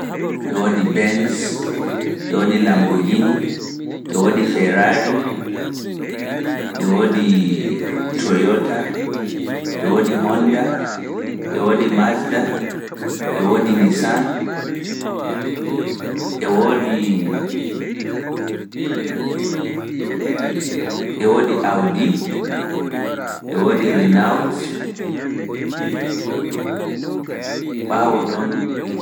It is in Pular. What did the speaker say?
E woodi Benz, e woodi Lambourghini, e woodi Ferrari, e woodi, Toyota, e woodi Honda, e woodi Mazda, e woodi Nissan, e woodi, e woodi Audi, e woodi Renoult, ɓaawo ɗon